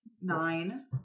Nine